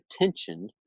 attention